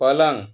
पलंग